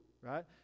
right